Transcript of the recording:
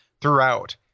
throughout